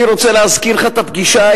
אני רוצה להזכיר לך את הפגישה,